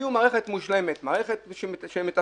תביאו מערכת מושלמת, מערכת שמתפקדת,